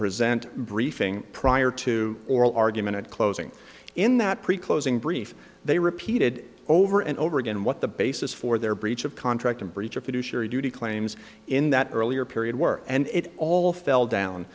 present briefing prior to oral argument and closing in that pretty close in brief they repeated over and over again what the basis for their breach of contract and breach of fiduciary duty claims in that earlier period were and it all fell down